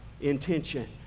intention